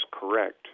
correct